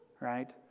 Right